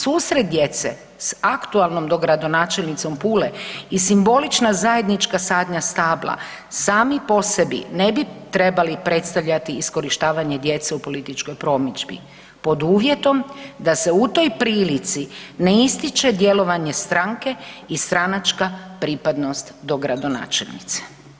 Susret djece s aktualnom dogradonačelnicom Pule i simbolična zajednička sadnja stabla, sami po sebi ne bi trebali predstavljati iskorištavanje djece u političkoj promidžbi, pod uvjetom da se u toj prilici ne ističe djelovanje stranke i stranačka pripadnost dogradonačelnice.